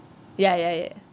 ya ya ya